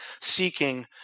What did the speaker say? seeking